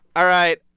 all right.